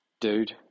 dude